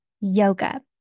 yoga